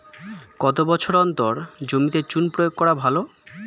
কত বছর অন্তর জমিতে চুন প্রয়োগ করা ভালো?